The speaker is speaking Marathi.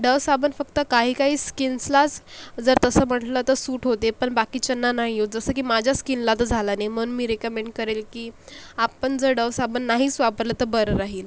डव साबण फक्त काही काही स्कीन्सलाच जर तसं म्हणलं तर सूट होते पण बाकीच्यांना नाही होत जसं की माझ्या स्कीनला तर झाला नाही मन मी रिकमेंड करेल की आपण जर डव साबण नाहीस वापरलं तर बरं राहिल